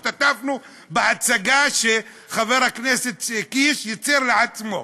השתתפנו בהצגה שחבר הכנסת קיש ייצר לעצמו.